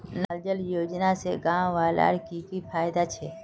नल जल योजना से गाँव वालार की की फायदा छे?